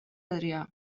adrià